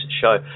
show